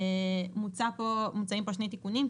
מוצעים פה שני תיקונים.